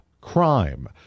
crime